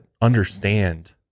understand